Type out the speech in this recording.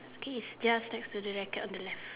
okay just next to the racket on the left